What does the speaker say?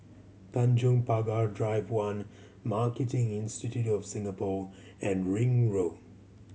Tanjong Pagar Drive One Marketing Institute of Singapore and Ring Road